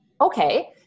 okay